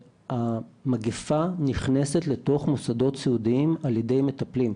שהמגפה נכנסת לתוך מוסדות סיעודיים על ידי מטפלים.